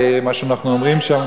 מה שאנחנו אומרים שם.